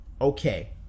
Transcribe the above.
okay